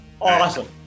Awesome